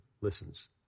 listens